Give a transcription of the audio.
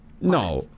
No